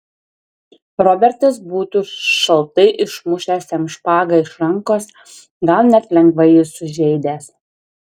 robertas būtų šaltai išmušęs jam špagą iš rankos gal net lengvai jį sužeidęs